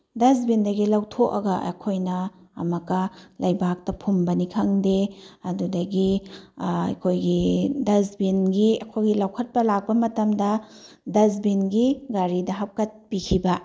ꯗꯁꯕꯤꯟꯗꯒꯤ ꯂꯧꯊꯣꯛꯑꯒ ꯑꯩꯈꯣꯏꯅ ꯑꯃꯨꯛꯀ ꯂꯩꯕꯥꯛꯇ ꯐꯨꯝꯕꯅꯤ ꯈꯪꯗꯦ ꯑꯗꯨꯗꯒꯤ ꯑꯩꯈꯣꯏꯒꯤ ꯗꯁꯕꯤꯟꯒꯤ ꯑꯩꯈꯣꯏꯒꯤ ꯂꯧꯈꯠꯄ ꯂꯥꯛꯄ ꯃꯇꯝꯗ ꯗꯁꯕꯤꯟꯒꯤ ꯒꯥꯔꯤꯗ ꯍꯥꯞꯀꯠꯄꯤꯈꯤꯕ